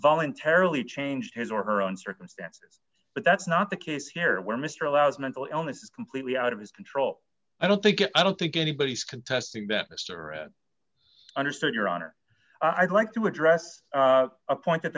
voluntarily changed his or her own circumstances but that's not the case here where mr allows mental illness is completely out of his control i don't think i don't think anybody is contesting that mr understood your honor i'd like to address a point